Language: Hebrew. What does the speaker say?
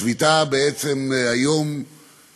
היום השביתה בעצם קובעת